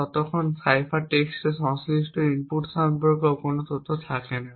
ততক্ষণ সাইফার টেক্সটে সংশ্লিষ্ট ইনপুট সম্পর্কে কোনও তথ্য থাকে না